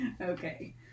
Okay